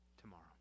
tomorrow